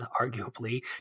arguably